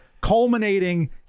culminating